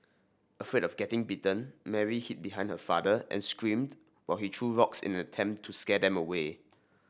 afraid of getting bitten Mary hid behind her father and screamed while he threw rocks in an attempt to scare them away